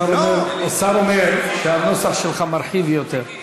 השר אומר שהנוסח שלך מרחיב יותר.